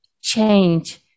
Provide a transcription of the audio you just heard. change